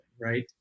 right